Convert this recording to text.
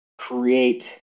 create